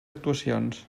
actuacions